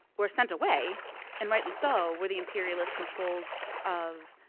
were sent away and rightly so were the imperialist controls of